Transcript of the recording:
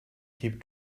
keep